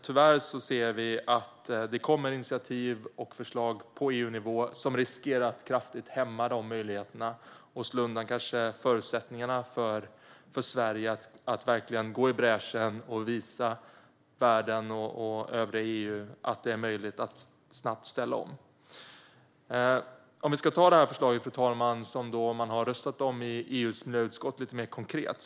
Tyvärr ser vi att det kommer initiativ och förslag på EU-nivå som riskerar att kraftigt hämma de möjligheterna och slå undan förutsättningarna för Sverige att verkligen gå i bräschen och visa världen och övriga EU att det är möjligt att snabbt ställa om. Fru talman! Låt oss se på det förslag som man har röstat om i EU:s miljöutskott lite mer konkret.